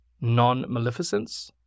Non-maleficence